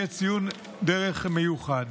יהיה ציון דרך מיוחד.